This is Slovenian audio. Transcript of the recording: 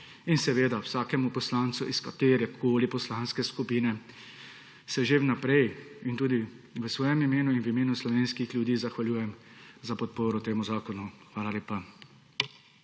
podpore. Vsakemu poslancu iz katerekoli poslanske skupine se že vnaprej v svojem imenu in v imenu slovenskih ljudi zahvaljujem za podporo temu zakonu. Hvala lepa.